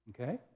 Okay